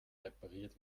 repariert